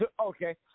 okay